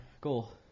goal